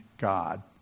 God